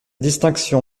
distinctions